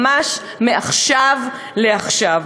ממש מעכשיו לעכשיו,